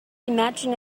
imagine